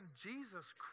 Jesus